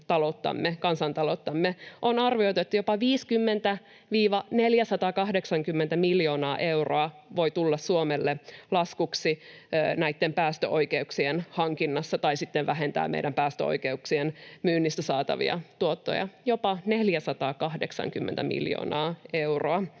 kansantalouttamme. On arvioitu, että jopa 50—480 miljoonaa euroa voi tulla Suomelle laskuksi näitten päästöoikeuksien hankinnassa tai sitten meidän päästöoikeuksien myynnistä saatavat tuotot vähenevät jopa 480 miljoonaa euroa.